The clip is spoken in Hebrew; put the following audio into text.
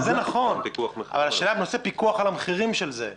השאלה היא לגבי פיקוח המחירים של הנושא הזה.